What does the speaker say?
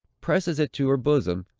presses it to her bosom,